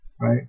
right